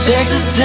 Texas